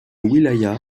wilaya